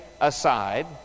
aside